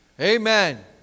Amen